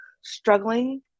struggling